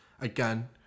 again